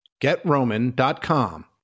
GetRoman.com